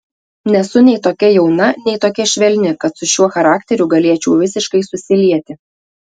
nesu nei tokia jauna nei tokia švelni kad su šiuo charakteriu galėčiau visiškai susilieti